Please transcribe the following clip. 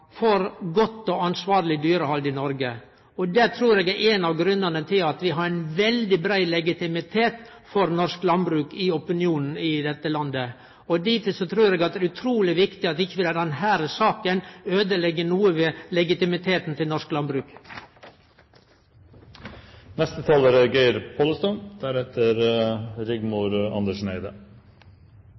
for godt og ansvarleg dyrehald i Noreg, og det trur eg er ein av grunnane til at vi har ein veldig brei legitimitet for norsk landbruk i opinionen i dette landet. Derfor er det utruleg viktig at vi ikkje lèt denne saka øydeleggje noko med legitimiteten til norsk landbruk. Senterpartiet er